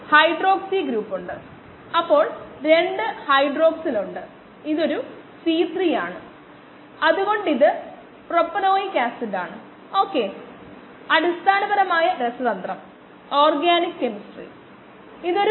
112 ഇപ്പോൾ നമുക്ക് ഇത് ഉണ്ട് 1 v യും 1 s ഉം തമ്മിൽ പ്ലോട്ട് ചെയ്യേണ്ടതുണ്ട്